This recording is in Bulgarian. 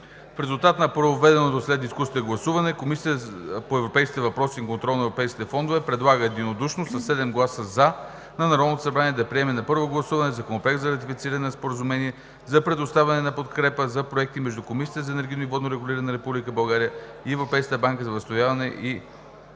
В резултат на проведеното след дискусията гласуване Комисията по европейските въпроси и контрол на европейските фондове предлага единодушно: със 7 гласа „за“ на Народното събрание да приеме на първо гласуване Законопроект за ратифициране на Споразумение за предоставяне на подкрепа за проекти между Комисията за енергийно и водно регулиране на Република България и Европейската банка за възстановяване и